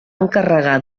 encarregar